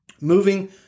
Moving